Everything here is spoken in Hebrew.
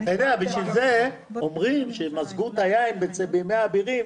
בשביל זה אומרים שמזגו את היין בימי האבירים,